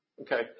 Okay